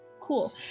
Cool